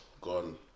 Gone